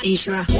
Isra